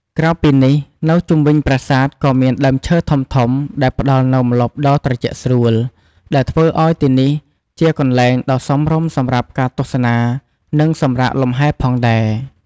ក្រៅពីនេះ នៅជុំវិញប្រាសាទក៏មានដើមឈើធំៗដែលផ្តល់នូវម្លប់ដ៏ត្រជាក់ស្រួល ដែលធ្វើឲ្យទីនេះជាកន្លែងដ៏សមរម្យសម្រាប់ការទស្សនានិងសម្រាកលម្ហែផងដែរ។